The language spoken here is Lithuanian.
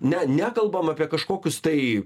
ne nekalbam apie kažkokius tai